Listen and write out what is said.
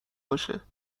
باشه